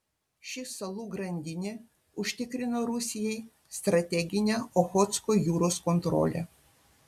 ši salų grandinė užtikrina rusijai strateginę ochotsko jūros kontrolę